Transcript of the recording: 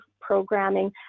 programming